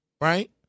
right